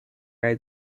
eyed